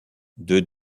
deux